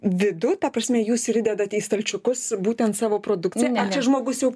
vidų ta prasme jūs ir įdedat į stalčiukus būtent savo produkciją ar čia žmogus jau